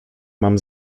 mam